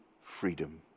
freedom